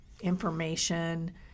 information